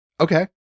Okay